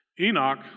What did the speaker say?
Enoch